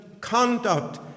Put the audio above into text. conduct